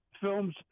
films